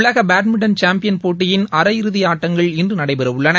உலக badminton champion போட்டியின் அரை இறுதி ஆட்டங்கள் இன்று நடைபெறவுள்ளன